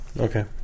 Okay